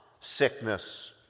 sickness